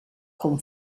con